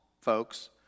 folks